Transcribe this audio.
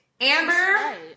Amber